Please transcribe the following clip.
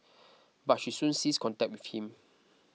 but she soon ceased contact with him